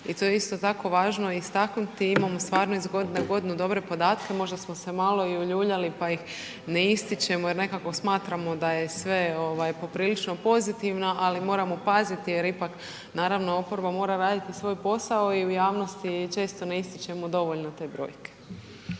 i to je isto tako važno istaknuti, imamo stvarno iz godine u godinu dobre podatke, možda smo se malo i uljuljali pa ih ne ističemo jer nekako smatramo da je sve poprilično pozitivno ali moramo paziti jer ipak naravno oporba mora raditi svoj posao i u javnosti često ne ističemo dovoljno te brojke.